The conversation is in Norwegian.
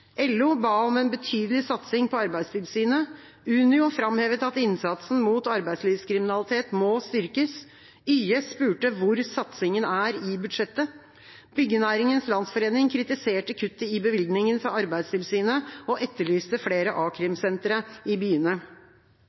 LO ba om en betydelig satsing på Arbeidstilsynet, Unio framhevet at innsatsen mot arbeidslivskriminalitet må styrkes, YS spurte hvor satsingen er i budsjettet, Byggenæringens Landsforening kritiserte kuttet i bevilgningene til Arbeidstilsynet og etterlyste flere a-krimsentre i byene.